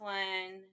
one